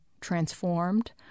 transformed